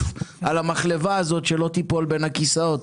על המחלבה הזאת שלא תיפול בין הכיסאות.